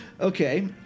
Okay